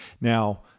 Now